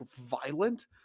violent